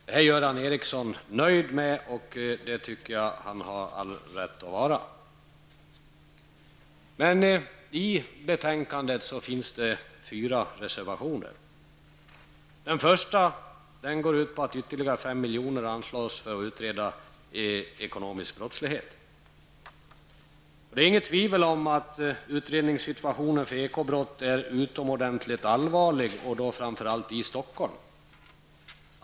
Detta är Göran Ericsson nöjd med och det har han all anledning att vara. Till betänkandet finns fyra reservationer fogade. Den första går ut på att ytterligare 5 milj.kr. bör anslås för att utreda ekonomisk brottslighet. Det råder inte något tvivel om att utredningssituationen beträffande ekobrott är utomordentligt allvarlig, framför allt i Stockholm.